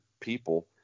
people